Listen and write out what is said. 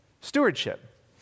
Stewardship